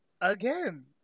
Again